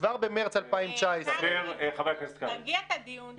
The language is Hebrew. כבר במרס 2019 --- קרעי, תרגיע את הדיון.